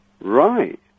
Right